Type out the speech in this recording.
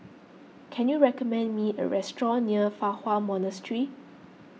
can you recommend me a restaurant near Fa Hua Monastery